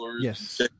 Yes